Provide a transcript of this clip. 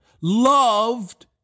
Loved